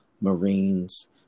Marines